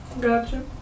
Gotcha